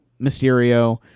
Mysterio